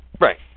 Right